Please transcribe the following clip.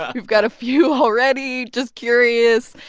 you've got a few already. just curious.